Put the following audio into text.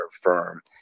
firm